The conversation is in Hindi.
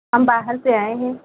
हम बाहर से आएँ हैं